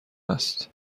است